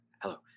Hello